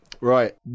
Right